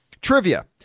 trivia